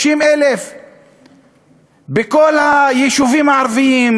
60,000 בכל היישובים הערביים,